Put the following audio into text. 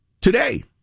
Today